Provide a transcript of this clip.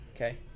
Okay